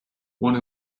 want